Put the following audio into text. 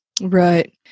Right